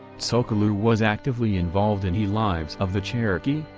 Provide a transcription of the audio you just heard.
tsul'kalu' was actively involved in he lives of the cherokee,